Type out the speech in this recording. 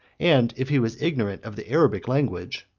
and if he was ignorant of the arabic language,